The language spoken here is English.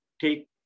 take